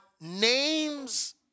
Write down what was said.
names